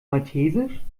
maltesisch